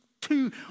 two